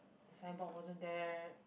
the signboard wasn't there